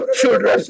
children